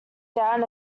down